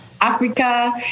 Africa